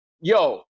Yo